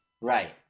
Right